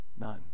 none